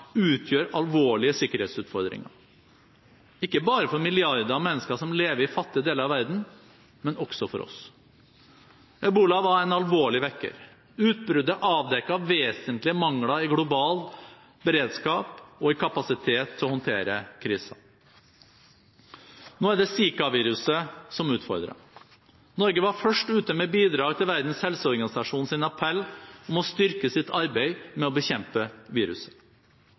utgjør alvorlige sikkerhetsutfordringer. Ikke bare for milliardene av mennesker som lever i fattige deler av verden, men også for oss. Ebola var en alvorlig vekker. Utbruddet avdekket vesentlige mangler i global beredskap og i kapasitet til å håndtere kriser. Nå er det zika-viruset som utfordrer. Norge var først ute med bidrag til Verdens helseorganisasjons appell om å styrke sitt arbeid med å bekjempe viruset.